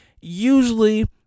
usually